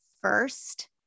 first